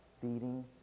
feeding